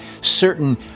certain